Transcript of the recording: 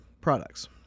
products